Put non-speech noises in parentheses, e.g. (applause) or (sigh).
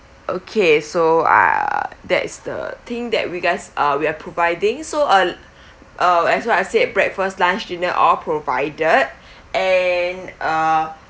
okay so uh that's the thing that we guys uh we are providing so uh uh that's why I said breakfast lunch dinner all provided (breath) and uh